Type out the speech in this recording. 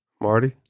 Marty